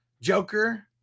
joker